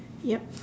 yup